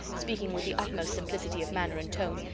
speaking with the utmost simplicity of manner and tone,